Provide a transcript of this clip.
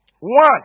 One